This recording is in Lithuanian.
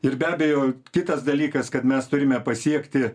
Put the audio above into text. ir be abejo kitas dalykas kad mes turime pasiekti